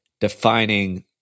defining